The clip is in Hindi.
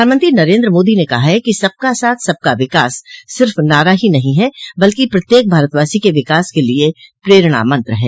प्रधानमंत्री नरेन्द्र मोदी ने कहा है कि सबका साथ सबका विकास सिफ नारा ही नहीं है बल्कि प्रत्येक भारतवासी के विकास के लिए प्रेरणा मंत्र है